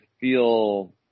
feel